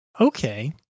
Okay